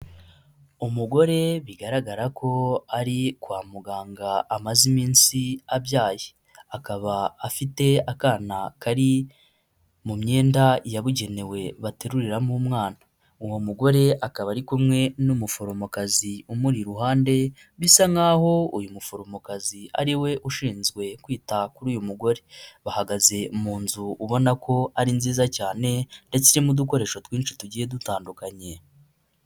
Umugore bigaragara ko ari kwa muganga amaze iminsi abyaye, akaba afite akana kari mu myenda yabugenewe bateruriramo umwana, uwo mugore akaba ari kumwe n'umuforomokazi umuri iruhande, bisa nkaho uyu muforomokazi ari we ushinzwe kwita kuri uyu mugore, bahagaze mu nzu ubona ko ari nziza cyane ndetse irimo udukoresho twinshi tugiye dutandukanye.